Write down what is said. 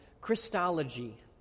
Christology